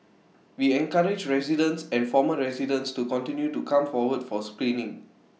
we encourage residents and former residents to continue to come forward for screening